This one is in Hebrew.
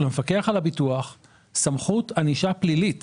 למפקח על הביטוח סמכות ענישה פלילית